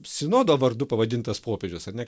sinodo vardu pavadintas popiežius ar ne